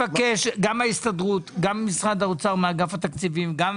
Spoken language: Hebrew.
גם מההסתדרות, גם ממשרד האוצר מאגף התקציבים, גם